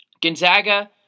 Gonzaga